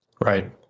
Right